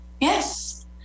Yes